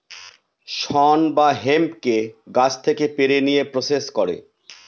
শন বা হেম্পকে গাছ থেকে পেড়ে নিয়ে প্রসেস করে